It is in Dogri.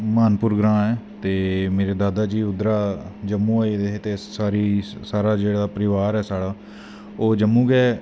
माहनपुर ग्रांऽ ऐ ते मेरे दादा जी उध्दरा जम्मू आई दे हे ते सारा जेह्ड़ा परिवार ऐ साढ़ा ओह् जम्मू गै